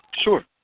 Sure